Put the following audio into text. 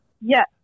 Yes